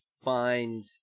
find